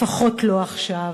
לפחות לא עכשיו.